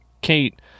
Kate